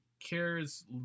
cares